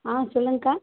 ஆ சொல்லுங்கக்கா